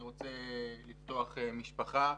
אני רוצה להקים משפחה,